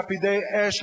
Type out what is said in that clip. לפידי אש,